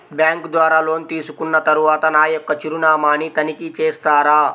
Bank ద్వారా loan తీసుకున్న తరువాత నా యొక్క చిరునామాని తనిఖీ చేస్తారా?